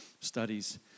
studies